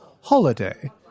holiday